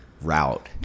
route